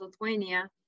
Lithuania